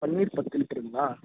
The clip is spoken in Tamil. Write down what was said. பன்னீர் பத்து லிட்டருங்களா